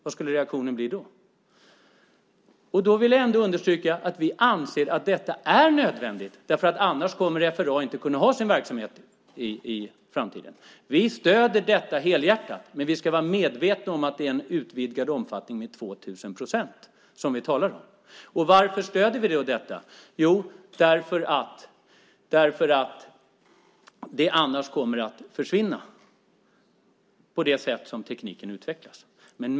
Vad skulle reaktionen bli då? Jag vill understryka att vi anser att detta är nödvändigt. Annars kommer inte FRA att kunna ha sin verksamhet i framtiden. Vi stöder detta helhjärtat, men vi ska vara medvetna om att vi talar om en utvidgad omfattning med 2 000 procent. Varför stöder vi då detta? Jo, därför att det annars kommer att försvinna så som tekniken utvecklas.